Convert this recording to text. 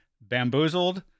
Bamboozled